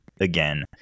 again